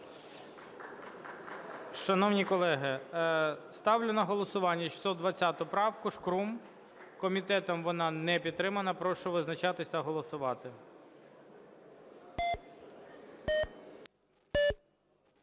Шановні колеги, ставлю на голосування 620 правку Шкрум. Комітетом вона не підтримана. Прошу визначатись та голосувати.